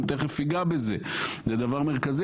אני תכף אגע בזה, זה דבר מרכזי.